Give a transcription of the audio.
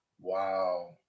wow